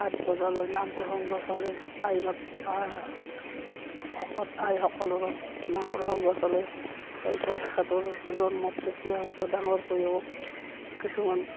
আঠ বজালৈ নাম প্ৰসংগ চলে আই মাত ভকত আইসকলৰো নাম প্ৰসংগ চলে হয়তো তেখেতৰ জন্মত তেতিয়া হয়তো ডাঙৰকৈও কিছুমান